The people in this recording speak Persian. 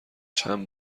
چند